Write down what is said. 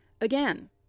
Again